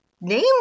Name